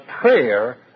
prayer